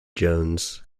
jones